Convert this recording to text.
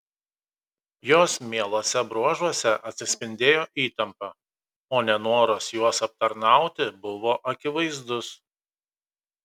jos mieluose bruožuose atsispindėjo įtampa o nenoras juos aptarnauti buvo akivaizdus